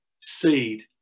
seed